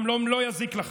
גם לא יזיק לכם.